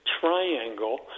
triangle